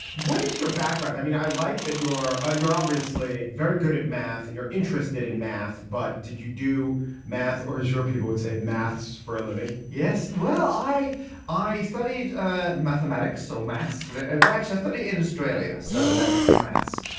what is your background? i mean, i like that your. ah you're obviously very good at math and you're interested in math. but did you do math or has your people would say maths for a living? yes well, i i studied ah mathematics. so maths at lax yesterday in australia. so that's maths.